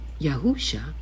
Yahusha